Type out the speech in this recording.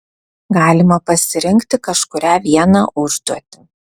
galima pasirinkti kažkurią vieną užduotį